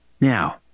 Now